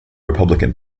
republican